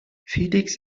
felix